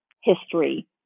history